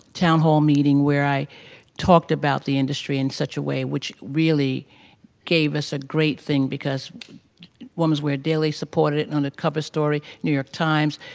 town hall meeting where i talked about the industry in such a way which really gave us a great thing because women's wear daily supported it on a cover story, new york times,